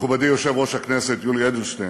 מכובדי יושב-ראש הכנסת יולי אדלשטיין,